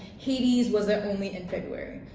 hades was that only in february?